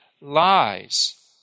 lies